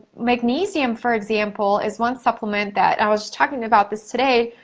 magnesium, for example, is one supplement that, i was talking about this today,